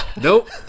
nope